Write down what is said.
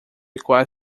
quase